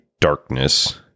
darkness